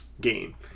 game